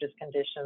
conditions